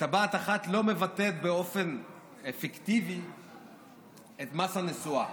טבעת אחת לא מבטאת באופן אפקטיבי את מס הנסועה.